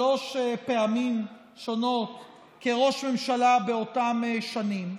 שלוש פעמים שונות כראש ממשלה באותן שנים,